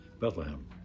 Bethlehem